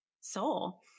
soul